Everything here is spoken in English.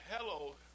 hello